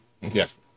Yes